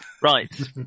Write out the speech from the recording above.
Right